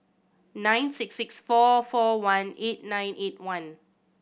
nine six six four four one eight nine eight one